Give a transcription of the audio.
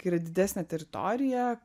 kai yra didesnė teritorija